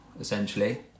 essentially